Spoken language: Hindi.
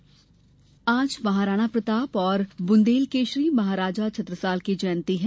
प्रताप जयंती आज महाराणा प्रताप और बुंदेलकेशरी महाराजा छत्रसाल की जयंती है